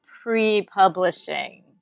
pre-publishing